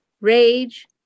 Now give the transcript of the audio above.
rage